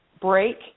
break